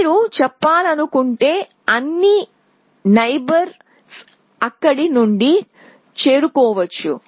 మీరు చెప్పాలను కుంటే అన్ని నైబర్స్ అక్కడి నుండి చేరుకోవచ్చు